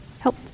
Help